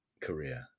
career